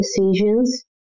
decisions